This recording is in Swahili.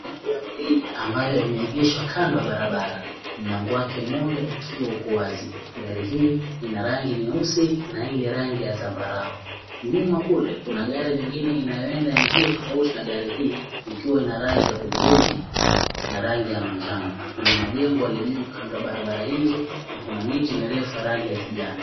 Ambayo imeegeshwa kando ya barabara. Mlango wake moja ukiwa uko wazi. Gari hii ina rangi nyeusi na ile rangi ya zambarau. Nyuma kule kuna gari lingine inayoenda njia tofauti na gari hii ikiwa ina rangi ya hudhurungi na rangi ya manjano. Kuna majengo yaliyojengwa kando ya barabara hizo na kuna miti mirefu ya rangi ya kijani.